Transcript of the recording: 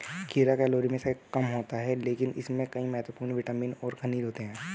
खीरा कैलोरी में कम होता है लेकिन इसमें कई महत्वपूर्ण विटामिन और खनिज होते हैं